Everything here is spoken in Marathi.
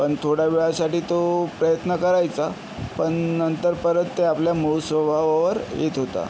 पण थोड्या वेळासाठी तो प्रयत्न करायचा पण नंतर परत ते आपल्या मूळ स्वभावावर येत होता